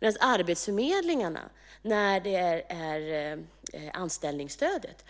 När det gäller anställningsstödet